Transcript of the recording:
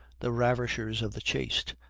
the ravishers of the chaste,